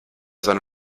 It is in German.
seine